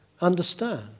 understand